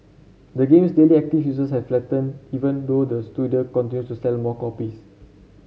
the game's daily active users has flattened even though the studio continues to sell more copies